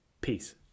Peace